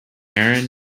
aaron